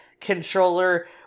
controller